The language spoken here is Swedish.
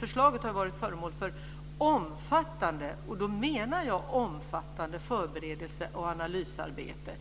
Förslaget har varit föremål för verkligt omfattande förberedelser och analysarbete.